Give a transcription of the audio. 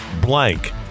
blank